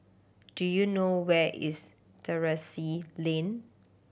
do you know where is Terrasse Lane